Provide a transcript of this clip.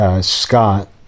Scott